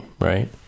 right